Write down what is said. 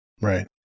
Right